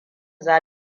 za